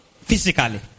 Physically